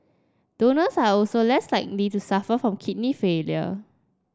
donors are also less likely to suffer from kidney failure